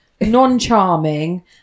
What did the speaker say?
Non-charming